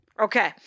okay